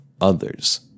others